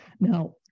Now